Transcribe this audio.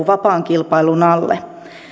vapaan kilpailun alle